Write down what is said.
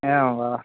एवं वा